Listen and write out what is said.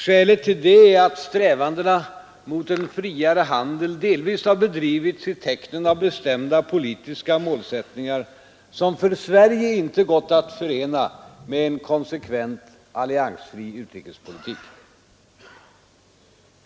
Skälet till det är att strävandena mot en friare handel delvis har bedrivits i tecknet av bestämda politiska målsättningar som för Sverige inte gått att förena med en konsekvent alliansfri utrikespolitik.